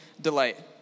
delight